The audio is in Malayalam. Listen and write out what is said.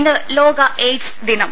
ഇന്ന് ലോക എയ്ഡ്സ് ദിനം